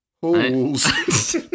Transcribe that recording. holes